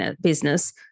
business